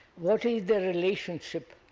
what is the relationship